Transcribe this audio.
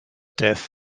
death